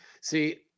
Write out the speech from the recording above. See